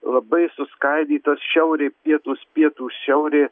labai suskaidytas šiaurė pietūs pietūs šiaurė